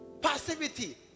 passivity